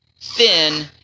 thin